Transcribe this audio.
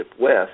West